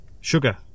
sugar